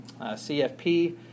CFP